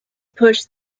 pushed